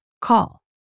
call